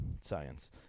science